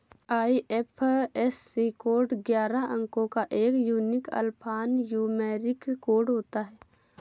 IFSC code ग्यारह अंको का एक यूनिक अल्फान्यूमैरिक कोड होता है